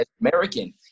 American